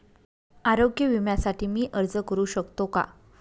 आरोग्य विम्यासाठी मी अर्ज करु शकतो का?